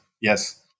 yes